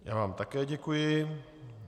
Já vám také děkuji.